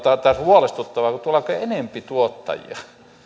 on huolestuttavaa kun tuleekin enemmän tuottajia